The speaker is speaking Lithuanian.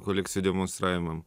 kolekcijų demonstravimam